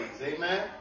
Amen